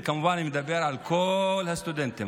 וכמובן אני מדבר על כל הסטודנטים,